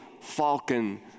falcon